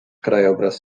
krajobraz